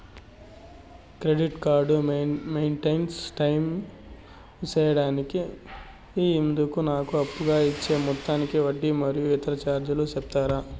Credit card maintain time సేయడానికి ఇందుకు నాకు అప్పుగా ఇచ్చే మొత్తానికి వడ్డీ మరియు ఇతర చార్జీలు సెప్తారా?